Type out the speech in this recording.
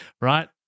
right